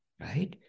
right